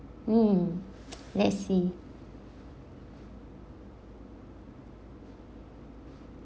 um let's see